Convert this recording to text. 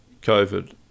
COVID